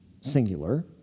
singular